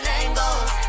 angles